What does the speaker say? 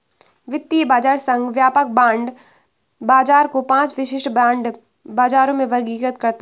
वित्तीय बाजार संघ व्यापक बांड बाजार को पांच विशिष्ट बांड बाजारों में वर्गीकृत करता है